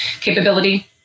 capability